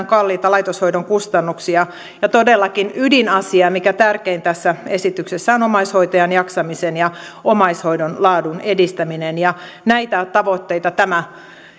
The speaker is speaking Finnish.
kalliita laitoshoidon kustannuksia ja todellakin ydinasia mikä on tärkein tässä esityksessä on omaishoitajan jaksamisen ja omaishoidon laadun edistäminen ja näitä tavoitteita tämä